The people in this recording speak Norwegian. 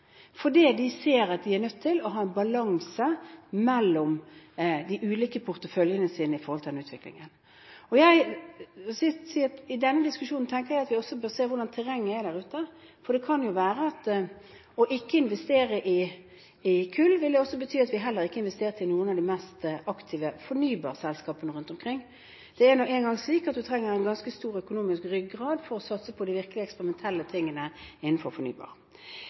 fordi de ser at de er nødt til å ha en balanse mellom de ulike porteføljene sine med tanke på den utviklingen. I denne diskusjonen tenker jeg at vi også bør se på hvordan terrenget er der ute, for det kan være at ikke å investere i kull også ville bety at vi heller ikke investerer i noen av de mest aktive fornybarselskapene rundt omkring. Det er nå engang slik at du trenger en ganske stor økonomisk ryggrad for å satse på de virkelig eksperimentelle tingene innenfor fornybar.